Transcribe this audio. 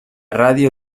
radio